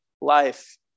life